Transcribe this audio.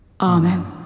Amen